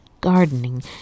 Gardening